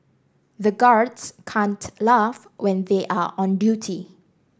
the guards can't laugh when they are on duty